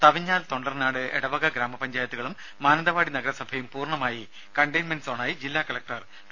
തവിഞ്ഞാൽ തൊണ്ടർനാട് എടവക ഗ്രാമപഞ്ചായത്തുകളും മാനന്തവാടി നഗരസഭയും പൂർണമായി കണ്ടെയ്ൻമെന്റ് സോണായി ജില്ലാ കലക്ടർ ഡോ